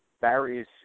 various